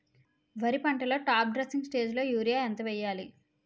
వరి పంటలో top dressing స్టేజిలో యూరియా ఎంత వెయ్యాలి?